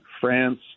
france